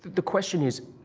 the question is,